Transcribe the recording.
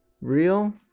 Real